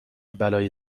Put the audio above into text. بلایی